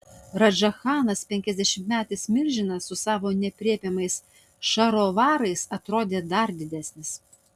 radža chanas penkiasdešimtmetis milžinas su savo neaprėpiamais šarovarais atrodė dar didesnis